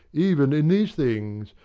even in these things.